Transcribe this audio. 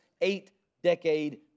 eight-decade